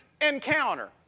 encounter